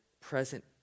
present